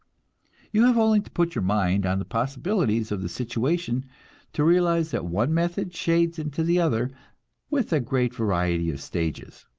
you have only to put your mind on the possibilities of the situation to realize that one method shades into the other with a great variety of stages.